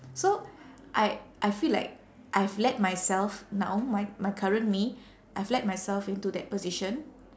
so I I feel like I've let myself now my my current me I've led myself into that position